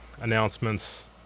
announcements